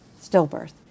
stillbirth